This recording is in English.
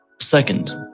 Second